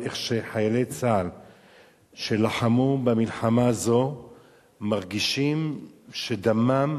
איך חיילי צה"ל שלחמו במלחמה הזאת מרגישים שדמם